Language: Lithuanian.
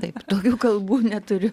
taip tokių kalbų neturiu